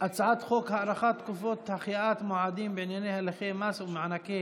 שהצעת חוק הארכת תקופות ודחיית מועדים בענייני הליכי מס ומענקי